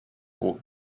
thought